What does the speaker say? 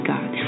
God